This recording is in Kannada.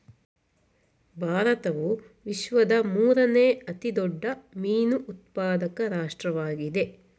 ಭಾರತವು ವಿಶ್ವದ ಮೂರನೇ ಅತಿ ದೊಡ್ಡ ಮೀನು ಉತ್ಪಾದಕ ರಾಷ್ಟ್ರವಾಗಿದೆ